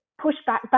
pushback